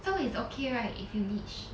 so is okay right if you leech